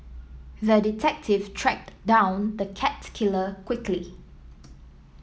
the detective tracked down the cat killer quickly